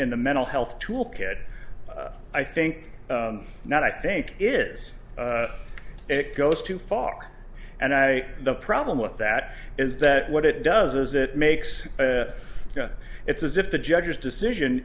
in the mental health toolkit i think not i think is it goes too far and i the problem with that is that what it does is it makes you know it's as if the judge's decision